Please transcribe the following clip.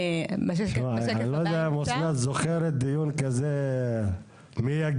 אני לא יודע אם אסנת זוכרת דיון כזה מייגע.